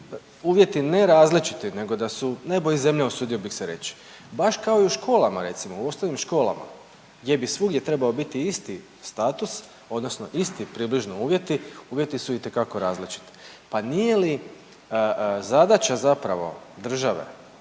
uvjeti ne različiti nego da su nebo i zemlja usudio bih se reći baš kao i u školama, recimo u osnovnim školama gdje bi svugdje trebao biti isti status odnosno isti približni uvjeti, uvjeti su itekako različiti. Pa nije li zadaća zapravo države